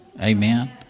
Amen